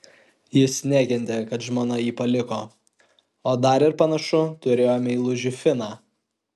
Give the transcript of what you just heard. jis nekentė kad žmona jį paliko o dar ir panašu turėjo meilužį finą